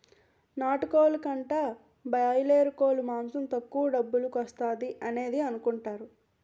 నాటుకోలు కంటా బాయలేరుకోలు మాసం తక్కువ డబ్బుల కొత్తాది అనేసి కొనుకుంటారు